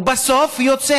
ובסוף יוצא,